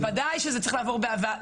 בוודאי שזה צריך עבור וועדה,